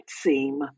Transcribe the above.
seem